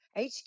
HQ